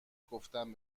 گفتم